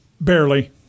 Barely